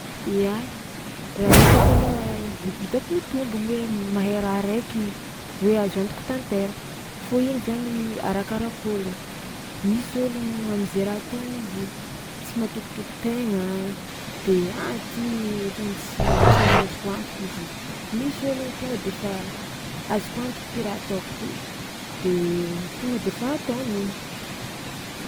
Ia, raha hitako aloha mi- hitako mitombogno hoe mahay raha raiky hoe azo antoko tanteraka fô igny zany arakaraka ôlogno, misy ôlogno am'zay raha ataony izy tsy matokitoky tegna de ah ty ohatran'ny tsy tsy azoazoko antoko hozizy, misy ôlogno tonga de fa azoko antoko ty raha ataoko ty de tonga de fa ataony igny.